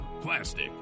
plastic